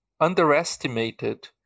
underestimated